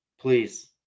please